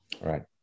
Right